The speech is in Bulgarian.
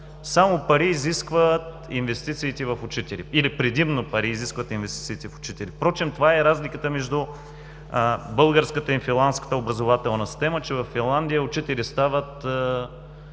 Само пари изискват инвестициите в учители или предимно пари изискват инвестициите в учители. Впрочем, това е разликата между българската и финландската образователна система, че във Финландия учители стават